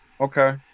okay